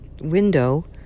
window